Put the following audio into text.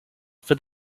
for